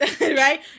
Right